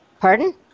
Pardon